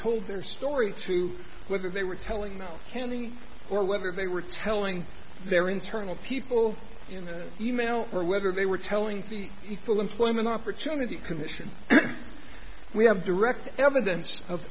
told their story to whether they were telling me candy or whether they were telling their internal people in the email or whether they were telling the equal employment opportunity commission we have direct evidence of